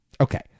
okay